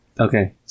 Okay